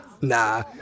Nah